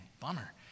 bummer